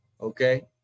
Okay